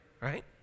right